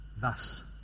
thus